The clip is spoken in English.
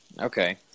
Okay